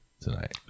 tonight